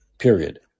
Period